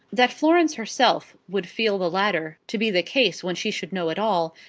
that florence herself would feel the latter to be the case, when she should know it all,